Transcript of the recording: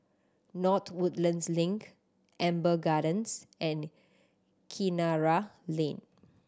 North Woodlands Link Amber Gardens and Kinara Lane